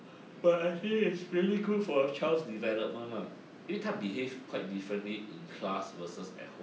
but I feel is really good for the child's development lah 因为她 behave quite differently in class versus at home